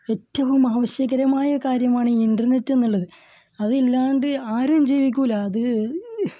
ഏറ്റവും ആവശ്യകരമായ കാര്യമാണ് ഇൻറ്റർനെറ്റ് എന്നുള്ളത് അതില്ലാതെ ആരും ജീവിക്കില്ല അത്